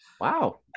wow